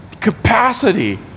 Capacity